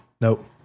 nope